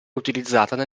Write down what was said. utilizzata